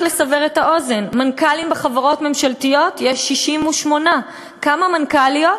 רק לסבר את האוזן: מנכ"לים בחברות ממשלתיות יש 68. כמה מנכ"ליות?